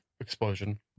explosion